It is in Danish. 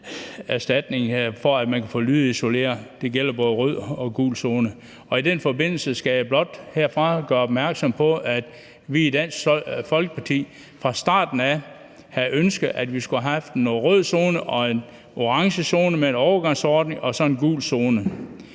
så man kan få lydisoleret. Det gælder både i rød og gul zone. I den forbindelse skal jeg blot gøre opmærksom på, at vi i Dansk Folkeparti fra starten af havde ønsket en rød zone, en orange zone med en overgangsordning og så en gul zone.